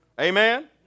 Amen